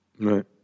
Right